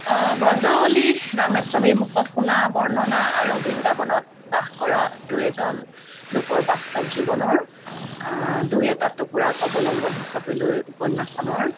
অঁ ব্ৰজাৱলী ৰামেস্বামীৰ মুখত শুনা বৰ্ণনা আৰু বৃন্দাবনত বাস কৰা দুই এজন লোকৰ বাস্তৱ জীৱনৰ দুই এটা টুকুৰাক অৱলম্বন হিচাপে লৈ উপন্যাসখনৰ